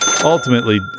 ultimately